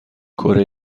کره